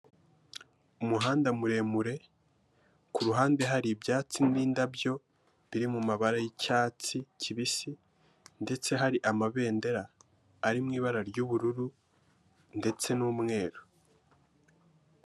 Umuhanda muremure ku ruhande hari ibyatsi n'indabyo biri mu mabara y'icyatsi kibisi ndetse hari amabendera ari mu ibara ry'ubururu ndetse n'umweru.